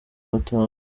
batanu